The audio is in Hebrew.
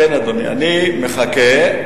אדוני, אני מחכה.